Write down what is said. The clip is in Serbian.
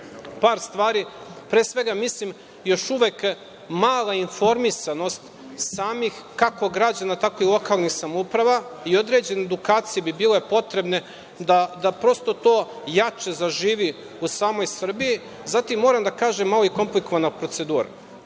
par stvar. Pre svega mislim, još uvek mala informisanost samih, kako građana tako i lokalnih samouprava i određene edukacije bi bile potrebne da prosto to jače zaživi u samoj Srbiji. Zatim, moram da kažem, malo je komplikovana i procedura.